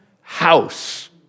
house